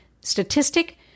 statistic